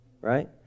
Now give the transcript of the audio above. Right